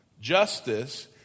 Justice